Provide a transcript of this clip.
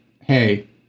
Hey